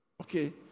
Okay